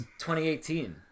2018